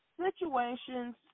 situations